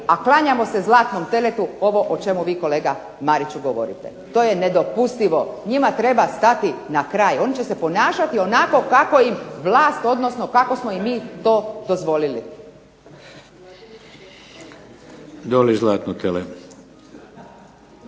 a klanjamo se zlatnom teletu ovo o čemu vi kolega Mariću govorite. To je nedopustivo. Njima treba stati na kraj. Oni će se ponašati onako kako im vlast, odnosno kako smo im mi to dozvolili. **Šeks,